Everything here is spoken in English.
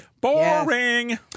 Boring